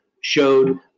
showed